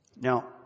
Now